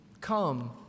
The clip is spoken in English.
Come